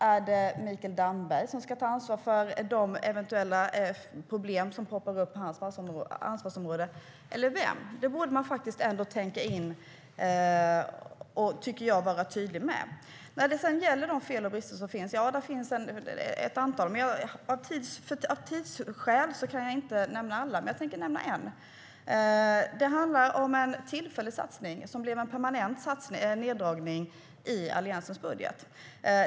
Är det Mikael Damberg som ska ta ansvar för de eventuella problem som dyker upp på hans ansvarsområde, eller vem? Det borde man tänka igenom och vara tydlig med. Det finns ett antal fel och brister. Av tidsskäl kan jag inte nämna alla, men jag tänker nämna en. Det handlar om en tillfällig satsning som blev en neddragning i Alliansens budget.